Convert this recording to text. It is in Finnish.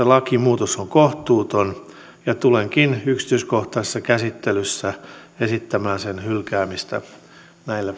lakimuutos on kohtuuton ja tulenkin yksityiskohtaisessa käsittelyssä esittämään sen hylkäämistä näillä